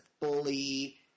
bully